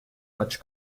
much